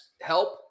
help